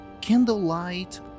candlelight